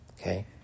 Okay